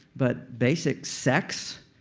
but basic sex.